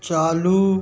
चालू